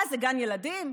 מה זה, גן ילדים?